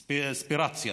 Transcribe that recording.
מאספירציה,